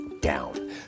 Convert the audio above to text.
down